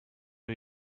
new